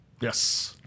Yes